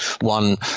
one